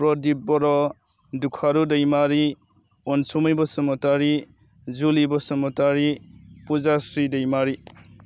Pradip Boro Dukharu Daimari Ansumai Basumatary Juli Basumatary Phujasri Daimary